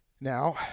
Now